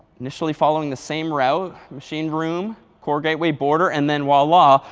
initially following the same route, machine room, core gateway, border. and then wala,